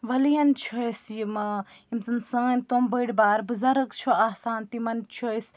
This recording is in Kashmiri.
ولِیَن چھِ أسۍ یِم ٲں یِم زَن سٲنۍ تِم بٔڑۍ بار بُزَرگ چھِ آسان تِمَن چھِ أسۍ